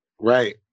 Right